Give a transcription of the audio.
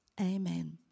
Amen